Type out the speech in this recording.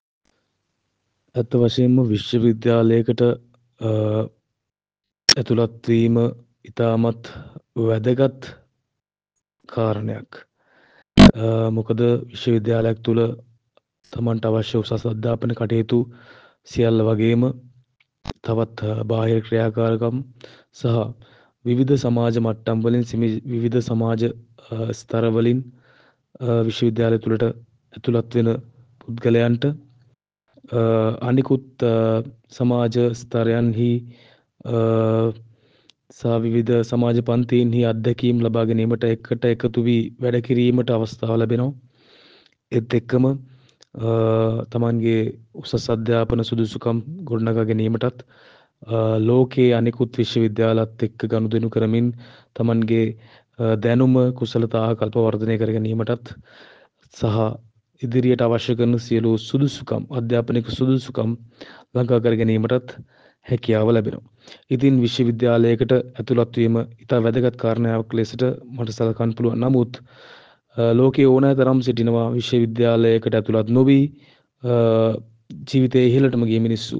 ඇත්ත වශයෙන්ම විශ්ව විද්‍යාලයකට ඇතුළත් වීම ඉතාමත් වැදගත් කාරණයක්. මොකද විශ්ව විද්‍යාලයක් තුළ තමන්ට අවශ්‍ය උසස් අධ්‍යාපන කටයුතු සියල්ල වගේම තවත් බාහිර ක්‍රියාකාරකම් සහ විවිධ සමාජ මට්ටම් වලින් විවිධ සමාජ ස්ථර වලින් විශ්ව විද්‍යාලය තුළට ඇතුළත් වෙන පුද්ගලයන්ට අනෙකුත් සමාජ ස්ථරයන්හි සහ විවිධ සමාජ පන්හිතීන්හි අත්දැකීම් ලබා ගැනීමට එකට එකතු වී වැඩ කිරීමට අවස්ථාව ලැබෙනවා. ඒත් එක්කම තමන්ගේ උසස් අධ්‍යාපන් සුසුදුකම් ගොඩ නගා ගැනීමටත් ලෝකයේ අනෙකුත් විශ්ව විද්‍යාලත් එක්ක ගණුදෙණු කරමින් තමන්ගේ දැනුම කුසලතා ආකල්ප වර්ධනය කර ගැනීමටත් සහ ඉදිරියට අවශ්‍ය කරන සියලු සුදුසුකම් අධ්‍යාපනික සුසුසුකම් ළඟා කර ගැනීමටත් හැකියාව ලැබෙනවා. ඉතින් විශ්ව විද්‍යාලයකට ඇතුලත් වීම ඉතා වැදගත් කාරණයක් ලෙසට මට සලකන්න පුළුවන්. නමුත් ලෝකේ ඕනෑ තරම් සිටිනවා විශ්ව විද්‍යාලයකට ඇතුළත් නොවී ජීවිතේ ඉහලටම ගිය මිනිස්සු.